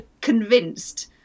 convinced